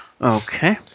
Okay